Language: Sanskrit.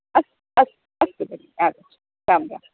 अस्तु अस्तु अस्तु भगिनि आगच्छ राम् राम्